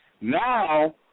now